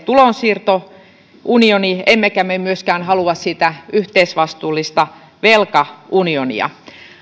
tulonsiirtounioni emmekä me myöskään halua siitä yhteisvastuullista velka unionia